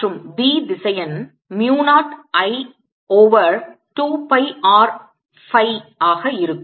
மற்றும் B திசையன் mu 0 I over 2 pi R phi ஆக இருக்கும்